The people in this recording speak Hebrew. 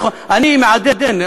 אני מעדן.